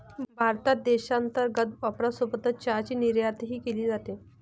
भारतात देशांतर्गत वापरासोबत चहाची निर्यातही केली जाते